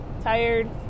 tired